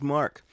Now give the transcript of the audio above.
Mark